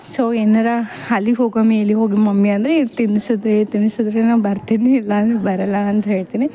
so ಏನಾರ ಅಲ್ಲಿಗ್ ಹೋಗಮ್ಮಿ ಇಲ್ಲಿಗೆ ಹೋಗು ಮಮ್ಮಿ ಅಂದರೆ ಈ ತಿನ್ಸಿದ್ರೆ ತಿನ್ಸಿದರೆ ನಾ ಬರ್ತೀನಿ ಇಲ್ಲ ಅಂದ್ರೆ ಬರೋಲ್ಲ ಅಂತ ಹೇಳ್ತಿನಿ